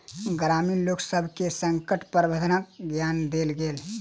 ग्रामीण लोकसभ के संकट प्रबंधनक ज्ञान देल गेल